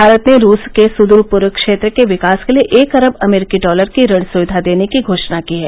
भारत ने रूस के सुदूर पूर्व क्षेत्र के विकास के लिए एक अरब अमरीकी डॉलर की ऋण सुविधा देने की घोषणा की है